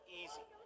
easy